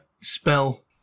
spell